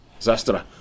Zastra